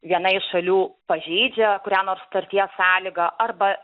viena iš šalių pažeidžia kurią nors sutarties sąlygą arba